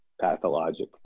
pathologic